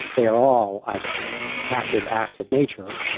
they are all either passive acts of nature,